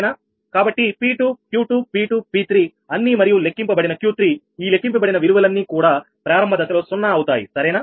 కాబట్టి P2 Q2 P2 P3 అన్ని మరియు లెక్కింపబడిన Q3ఈ లెక్కింపబడిన విలువలన్నీ కూడా ప్రారంభదశలో సున్నా అవుతాయి సరేనా